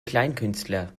kleinkünstler